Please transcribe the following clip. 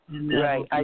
Right